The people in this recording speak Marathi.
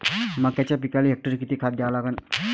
मक्याच्या पिकाले हेक्टरी किती खात द्या लागन?